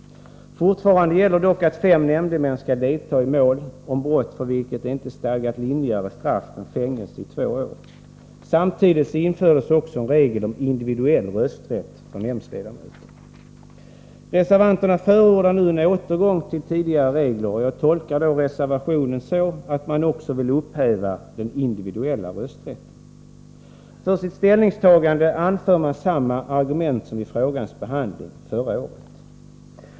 Fortfarande gäller dock att fem nämndemän skall delta i mål om brott för vilket det inte är stadgat lindrigare straff än fängelse i två år. Samtidigt infördes en regel om individuell rösträtt för nämndsledamöter. Reservanterna förordar nu en återgång till tidigare regler. Jag tolkar reservanterna så, att de också vill upphäva den individuella rösträtten. För sitt ställningstagande anför de samma argument som vid frågans behandling förra året.